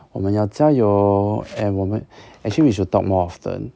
我们要加油 and 我们 actually we should talk more often